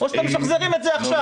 או שאתם משחזרים את זה עכשיו.